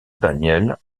daniel